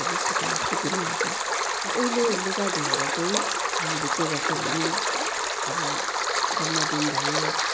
मजाले सुकायो सुकि पनि हाल्छ तर उहीले लुगा धुएर चाहिँ हामीले के गर्थ्यो भने अब धुम्म दिन भयो